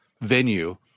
venue